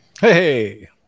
hey